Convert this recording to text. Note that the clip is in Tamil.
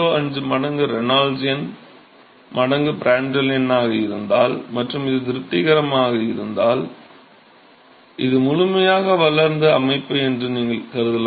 05 மடங்கு ரெனால்ட்ஸ் எண் மடங்கு பிராண்ட்டல் எண்ணாக இருந்தால் மற்றும் இது திருப்திகரமாக இருந்தால் இது முழுமையாக வளர்ந்த அமைப்பு என்று நீங்கள் கருதலாம்